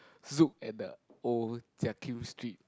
Zouk at the old Jiak-Kim-Street